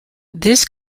this